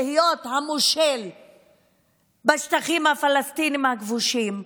להיות המושל בשטחים הפלסטיניים הכבושים,